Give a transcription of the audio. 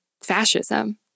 fascism